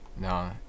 No